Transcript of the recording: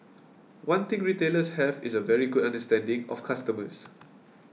one thing retailers have is a very good understanding of customers